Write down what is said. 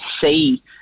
see